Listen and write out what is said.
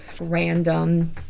random